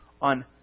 on